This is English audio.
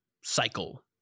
cycle